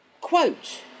quote